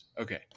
Okay